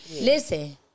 listen